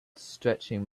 stretching